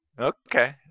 Okay